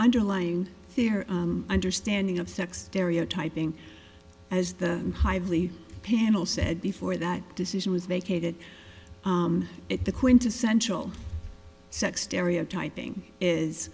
underlying theory understanding of sex stereotyping as the highly panel said before that decision was vacated at the quintessential sex stereotyping is